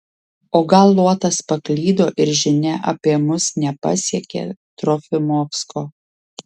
o gal luotas paklydo ir žinia apie mus nepasiekė trofimovsko